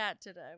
today